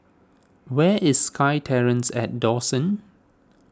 where is SkyTerrace at Dawson